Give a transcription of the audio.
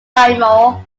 timor